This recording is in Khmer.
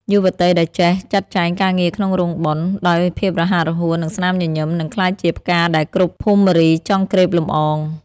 យុវតីដែលចេះ "ចាត់ចែងការងារក្នុងរោងបុណ្យ" ដោយភាពរហ័សរហួន និងស្នាមញញឹម នឹងក្លាយជាផ្កាដែលគ្រប់ភមរីចង់ក្រេបលំអង។